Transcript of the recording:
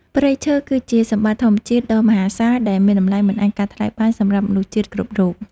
ព្រៃឈើ គឺជាសម្បត្តិធម្មជាតិដ៏មហាសាលដែលមានតម្លៃមិនអាចកាត់ថ្លៃបានសម្រាប់មនុស្សជាតិគ្រប់រូប។